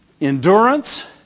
endurance